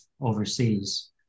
overseas